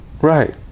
right